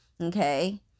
okay